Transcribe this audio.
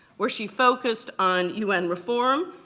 where she focused on un reform,